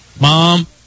Mom